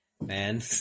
man